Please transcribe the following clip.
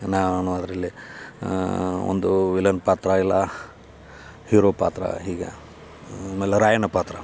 ನಾನು ಅದರಲ್ಲಿ ಒಂದು ವಿಲನ್ ಪಾತ್ರ ಇಲ್ಲ ಹೀರೊ ಪಾತ್ರ ಈಗ ಆಮೇಲೆ ರಾಯಣ್ಣ ಪಾತ್ರ